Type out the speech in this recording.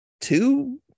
two